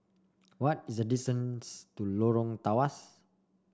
what is the to Lorong Tawas